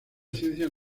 ciencias